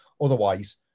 otherwise